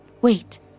Wait